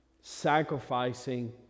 Sacrificing